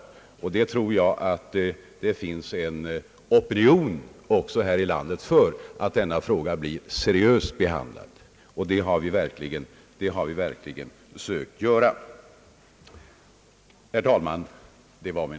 Jag tror att det finns en opinion här i landet för en seriös behandling av dessa frågor, och vi har verkligen försökt ge dem en sådan.